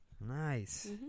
nice